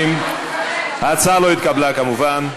ההצעה לא התקבלה, כמובן.